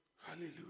Hallelujah